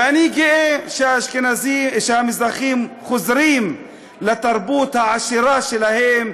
ואני גאה שהמזרחים חוזרים לתרבות העשירה שלהם,